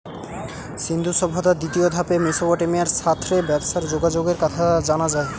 সিন্ধু সভ্যতার দ্বিতীয় ধাপে মেসোপটেমিয়ার সাথ রে ব্যবসার যোগাযোগের কথা জানা যায়